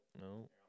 no